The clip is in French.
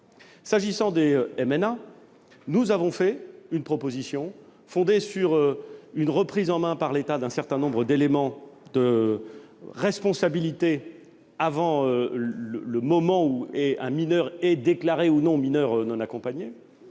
S'agissant des MNA, nous avons formulé une proposition fondée sur une reprise en main par l'État d'un certain nombre d'éléments de responsabilité avant le moment où un mineur est déclaré- ou non -mineur non accompagné.